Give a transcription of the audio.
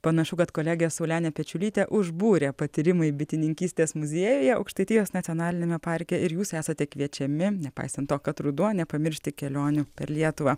panašu kad kolegę saulenę pečiulytę užbūrė patyrimai bitininkystės muziejuje aukštaitijos nacionaliniame parke ir jūs esate kviečiami nepaisant to kad ruduo nepamiršti kelionių per lietuvą